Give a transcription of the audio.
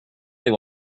they